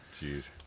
jeez